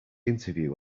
interview